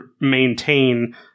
maintain